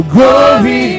Glory